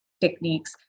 techniques